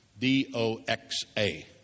D-O-X-A